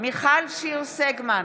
מיכל שיר סגמן,